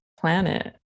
planet